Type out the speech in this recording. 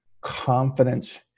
confidence